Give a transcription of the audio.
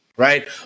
Right